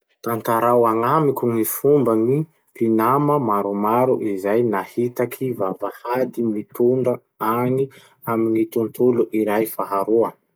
Tantarao agnamiko gny fomban'ny gny mpinama maromaro izay nahitaky vavahady mitondra any amin'ny tontolo iray faharoa.